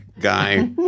guy